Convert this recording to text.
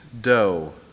dough